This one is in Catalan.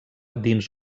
dins